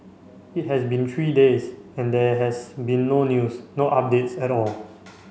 it has been three days and there has been no news no updates at all